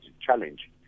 challenge